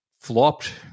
flopped